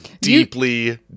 deeply